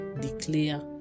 declare